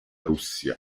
russia